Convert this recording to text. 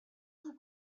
vous